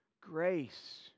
grace